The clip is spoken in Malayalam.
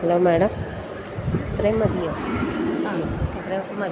ഹലോ മാഡം ഇത്രയും മതിയോ ഇത്രയൊക്കെ മതി